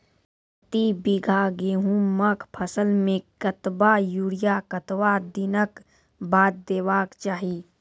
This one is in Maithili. प्रति बीघा गेहूँमक फसल मे कतबा यूरिया कतवा दिनऽक बाद देवाक चाही?